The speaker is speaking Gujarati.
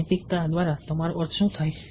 નૈતિકતા દ્વારા તમારો અર્થ શું છે